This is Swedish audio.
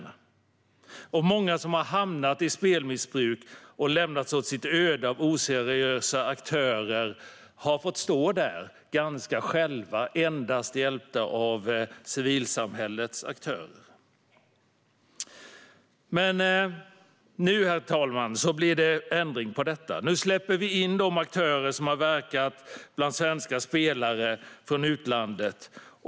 Vi läser om många som har hamnat i spelmissbruk och lämnats åt sitt öde av oseriösa aktörer. De har fått stå där ganska ensamma, hjälpta endast av civilsamhällets aktörer. Men nu, herr talman, blir det ändring på detta. Nu släpper vi in de aktörer som har verkat bland svenska spelare från utlandet.